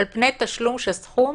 על פני תשלום של סכום